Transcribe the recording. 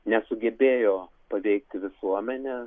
nesugebėjo paveikti visuomenę